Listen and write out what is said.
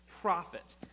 profit